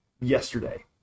yesterday